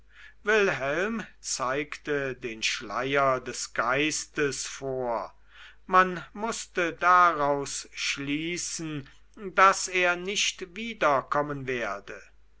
wilhelm zeigte den schleier des geistes vor man mußte daraus schließen daß er nicht wiederkommen werde